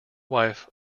wife